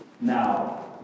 Now